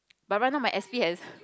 but right now my s_p has